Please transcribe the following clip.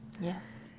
Yes